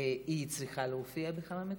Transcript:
צריכה להופיע בכמה מקומות,